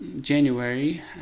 January